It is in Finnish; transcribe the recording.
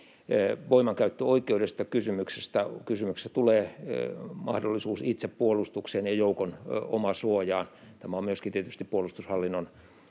voimankäyttöoikeudesta. Kysymykseen tulee mahdollisuus itsepuolustukseen ja joukon omasuojaan. Tämä on tietysti myöskin puolustushallinnon